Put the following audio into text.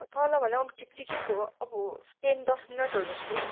तल भन्दा पनि अब ठिक ठिकैको अब टेन दस मिनटहरू जस्तो